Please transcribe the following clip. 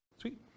Sweet